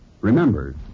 Remember